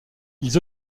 ils